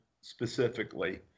specifically